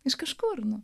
iš kažkur